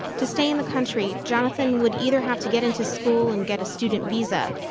to stay in the country, jonathan would either have to get into school and get a student visa,